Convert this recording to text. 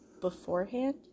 beforehand